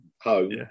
home